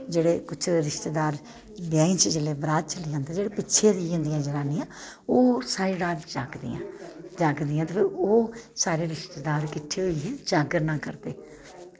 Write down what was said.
जेह्ड़े कुछ रिश्तेदार ब्याह् च बरात च चली जंदे ते पिच्छे रेही जंदियां जनानियां ओह् सारी रात जागदियां जागदियां ते ओह् फिर सारे रिश्तेदार किट्ठे होइयै जागरना करदे